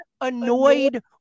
annoyed